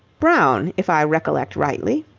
brown, if i recollect rightly.